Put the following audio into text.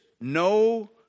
no